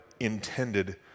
intended